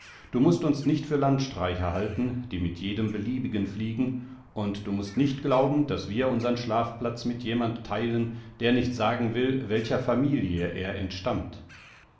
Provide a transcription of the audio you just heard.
du mußt uns nicht für landstreicher halten die mit jedem beliebigen fliegen und du mußt nicht glauben daß wir unsern schlafplatz mit jemand teilen der nicht sagen will welcher familie er entstammt